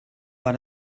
war